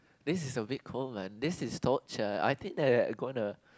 this is a bit cold man this is torture I think I I gonna